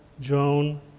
Joan